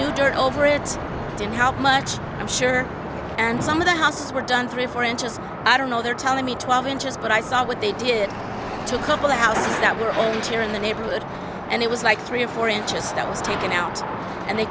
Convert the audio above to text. new dirt over it didn't help much i'm sure and some of the houses were done three four inches i don't know they're telling me twelve inches but i saw what they did to a couple houses that were volunteering the neighborhood and it was like three or four inches that was taken out and they